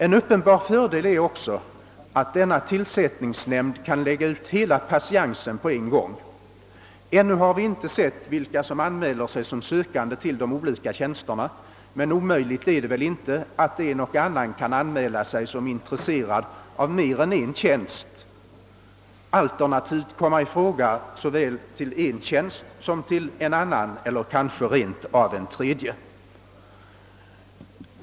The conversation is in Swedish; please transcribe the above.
En uppenbar fördel är också att denna tillsättningsnämnd kan lägga ut hela patiensen på en gång. Ännu har vi inte sett vilka som anmäler sig som sökande till de olika tjänsterna. Men omöjligt är väl inte att en och annan kan anmäla sig som är intresserad av mera än en tjänst och alternativt kan komma i fråga såväl till en tjänst som till en annan eller kanske rent av en tredje.